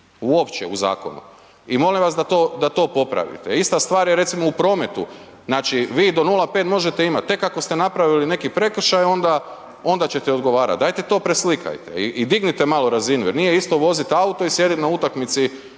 uopće u zakonu. I molim vas da to popravite. Ista stvar je recimo u prometu. Znači vi do 0,5 možete imati, tek ako ste napravili neki prekršaj onda ćete odgovarati. Dajte to preslikajte i dignite malo razinu, jer nije isto vozit auto i sjedit na utakmici